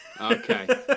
Okay